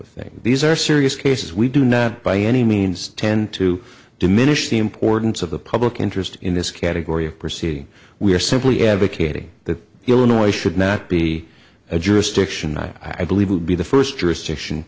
of thing these are serious cases we do not by any means tend to diminish the importance of the public interest in this category of proceeding we are simply advocating that illinois should not be a jurisdiction i i believe would be the first jurisdiction